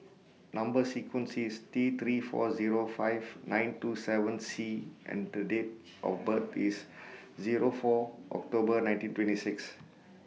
Number sequence IS T three four Zero five nine two seven C and Date of birth IS Zero four October nineteen twenty six